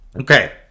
Okay